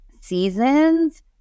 seasons